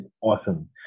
awesome